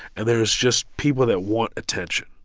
and there's just people that want attention.